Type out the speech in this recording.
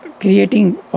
creating